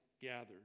gathered